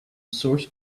source